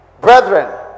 brethren